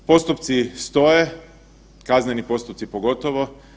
Postupci stoje, kazneni postupci pogotovo.